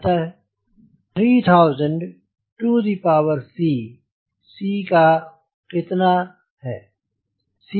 अतः 3 000 to the power c c कितना है